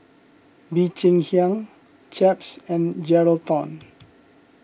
Bee Cheng Hiang Chaps and Geraldton